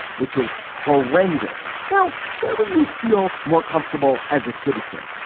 which is horrendous. now, where would you feel more comfortable as a citizen?